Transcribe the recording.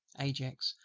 ajax,